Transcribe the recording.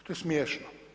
To je smiješno.